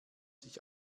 sich